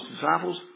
disciples